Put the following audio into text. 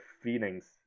feelings